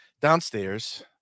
downstairs